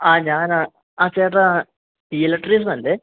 ആഹ് ഞാൻ ആ ചേട്ടൻ ഇലക്ട്രീഷ്യൻ അല്ലേ